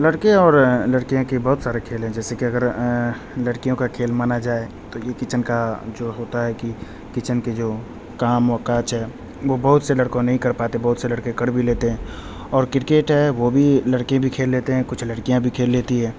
لڑکے اور لڑکیاں کے بہت سارے کھیل ہیں جیسے کہ اگر لڑکیوں کا کھیل مانا جائے تو یہ کچن کا جو ہوتا ہے کہ کچن کے جو کام و کاج ہے وہ بہت سے لڑکوں نہیں کر پاتے بہت سے لڑکے کر بھی لیتے ہیں اور کرکٹ وہ بھی لڑکے بھی کھیل لیتے ہیں کچھ لڑکیاں بھی کھیل لیتی ہیں